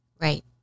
Right